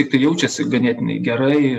tiktai jaučiasi ganėtinai gerai